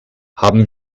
haben